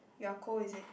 you are cold is it